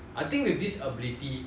I think with this ability